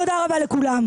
תודה רבה לכולם.